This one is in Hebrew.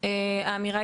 וגם בוקר לפני וגם אגב